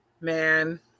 man